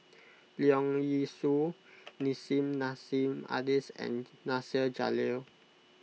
Leong Yee Soo Nissim Nassim Adis and Nasir Jalil